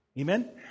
Amen